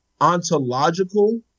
ontological